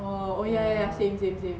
yeah